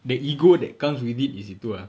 the ego that comes with it is itu uh